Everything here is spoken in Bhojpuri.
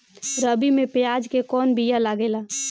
रबी में प्याज के कौन बीया लागेला?